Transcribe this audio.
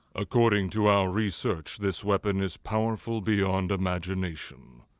according to our research, this weapon is powerful beyond imagination.